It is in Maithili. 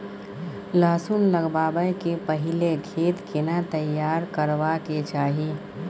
लहसुन लगाबै के पहिले खेत केना तैयार करबा के चाही?